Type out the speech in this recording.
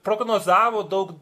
prognozavo daug